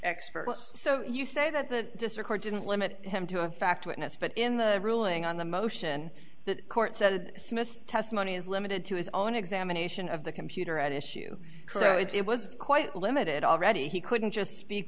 experts so you say that the record didn't limit him to a fact witness but in the ruling on the motion the court said psmith testimony is limited to his own examination of the computer at issue so it was quite limited already he couldn't just speak